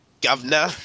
Governor